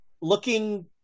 looking